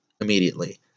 immediately